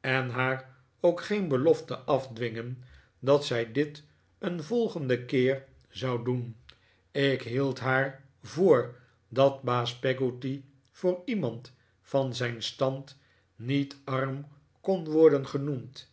en haar ook geen belofte afdwingen dat zij dit een volgenden keer zou doen ik hield haar voor dat baas peggotty voor iemand van zijn stand niet arm kon worden genoemd